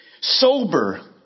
sober